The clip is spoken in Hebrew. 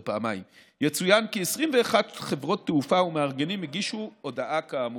יצוין כי 21 חברות תעופה ומארגנים הגישו הודעה כאמור.